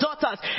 daughters